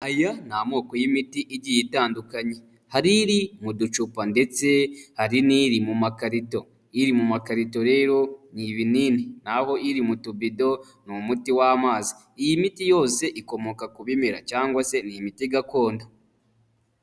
Aya ni amoko y'imiti igiye itandukanye, hari iri mu ducupa ndetse hari n'iri mu makarito. Iri mu makarito rero ni ibinini naho iririmo tubido ni umuti w'amazi. Iyi miti yose ikomoka ku bimera cyangwa se ni imiti gakondo.